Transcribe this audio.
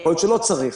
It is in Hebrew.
יכול להיות שלא צריך.